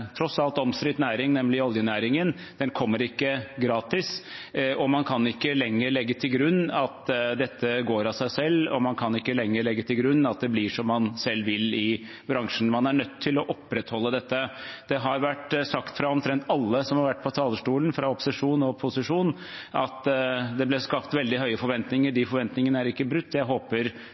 tross alt omstridt næring, nemlig oljenæringen, kommer ikke gratis, og man kan ikke lenger legge til grunn at dette går av seg selv, og at det blir som man selv vil i bransjen. Man er nødt til å opprettholde dette. Det har vært sagt av omtrent alle som har vært på talerstolen, fra opposisjon og posisjon, at det ble skapt veldig høye forventninger. De forventningene er ikke brutt. Jeg håper